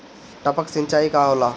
टपक सिंचाई का होला?